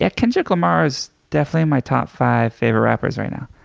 yeah kendrick lamar is definitely in my top five favorite rappers right now.